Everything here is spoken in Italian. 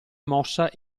mossa